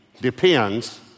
depends